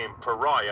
pariah